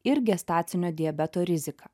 ir gestacinio diabeto rizika